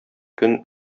көн